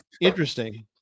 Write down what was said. interesting